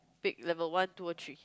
pick level one two or three